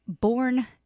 born